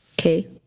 Okay